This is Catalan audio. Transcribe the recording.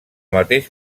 mateix